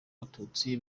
abatutsi